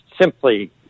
simply